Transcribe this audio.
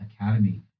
Academy